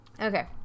Okay